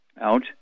out